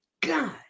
God